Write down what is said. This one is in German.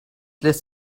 lässt